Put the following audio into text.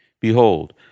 Behold